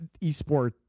eSport